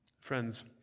friends